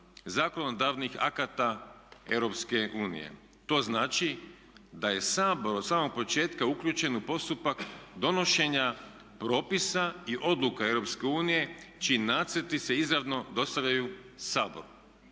zakonodavnih akata EU. To znači da je Sabor od samog početka uključen u postupak donošenja propisa i odluka EU čiji nacrti se izravno dostavljaju Saboru.